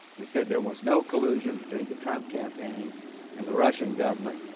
they said there was no collusion between the trump campaign and the russian government.